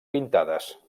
pintades